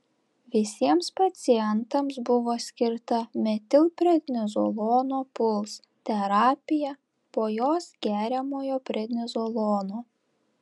visiems pacientams buvo skirta metilprednizolono puls terapija po jos geriamojo prednizolono